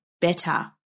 better